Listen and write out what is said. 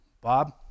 Bob